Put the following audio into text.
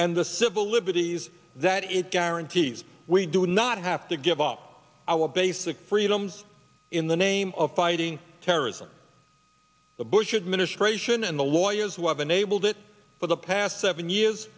and the civil liberties that it guarantees we do not have to give up our basic freedoms in the name of fighting terrorism the bush administration and the lawyers who have enabled it for the past seven years